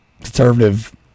conservative